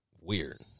weird